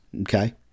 Okay